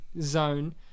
zone